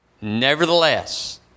Nevertheless